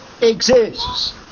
exists